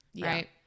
right